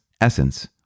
essence